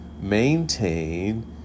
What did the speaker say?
maintain